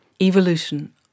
evolution